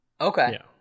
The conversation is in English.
Okay